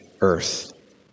earth